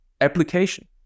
application